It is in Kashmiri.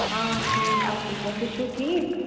آ ٹھیٖک اَصٕل پٲٹھۍ تُہۍ چھُو ٹھیٖک